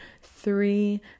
three